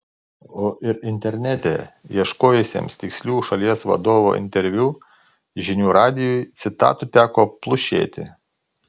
o ir internete ieškojusiems tikslių šalies vadovo interviu žinių radijui citatų teko plušėti